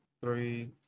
three